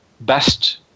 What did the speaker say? best